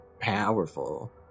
powerful